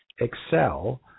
excel